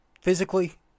physically